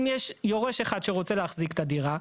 אם יש יורש אחד שרוצה להחזיק את הדירה,